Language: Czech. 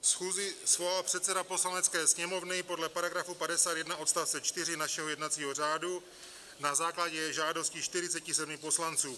Schůzi svolal předseda Poslanecké sněmovny podle § 51 odst. 4 našeho jednacího řádu na základě žádosti 47 poslanců.